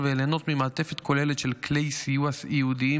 וליהנות ממעטפת כוללת של כלי סיוע ייעודיים